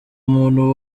muntu